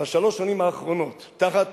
בשלוש השנים האחרונות תחת